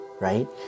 right